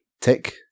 tick